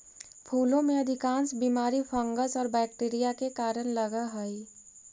फूलों में अधिकांश बीमारी फंगस और बैक्टीरिया के कारण लगअ हई